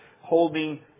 holding